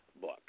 book